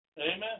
Amen